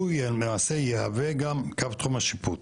הוא למעשה יהווה גם קו תחום השיפוט.